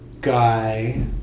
guy